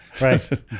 Right